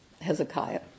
Hezekiah